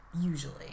usually